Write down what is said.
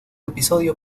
episodios